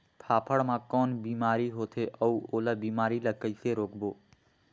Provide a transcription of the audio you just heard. फाफण मा कौन बीमारी होथे अउ ओला बीमारी ला कइसे रोकबो?